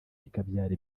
bikabyara